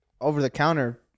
over-the-counter